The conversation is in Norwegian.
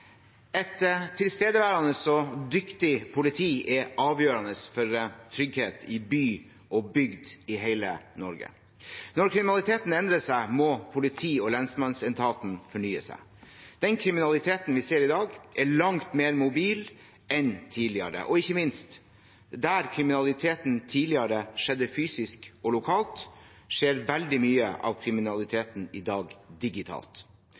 avgjørende for trygghet i by og bygd i hele Norge. Når kriminaliteten endrer seg, må politi- og lensmannsetaten fornye seg. Den kriminaliteten vi ser i dag, er langt mer mobil enn tidligere, og, ikke minst, der kriminaliteten tidligere skjedde fysisk og lokalt, skjer veldig mye av kriminaliteten i dag digitalt.